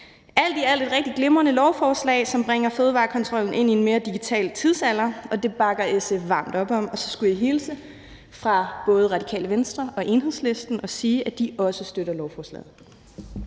alt er det et rigtig glimrende lovforslag, som bringer fødevarekontrol ind i en mere digital tidsalder, og det bakker SF varmt op om. Og så skulle jeg hilse fra både Radikale Venstre og Enhedslisten og sige, at de også støtter lovforslaget.